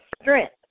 strength